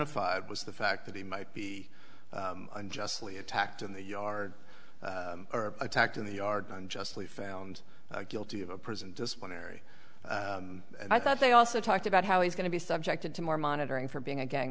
of five was the fact that he might be unjustly attacked in the yard or attacked in the yard unjustly found guilty of a prison disciplinary and i thought they also talked about how he's going to be subjected to more monitoring for being a gang